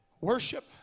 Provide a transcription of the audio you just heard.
worship